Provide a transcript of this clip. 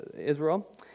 Israel